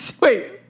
Wait